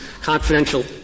confidential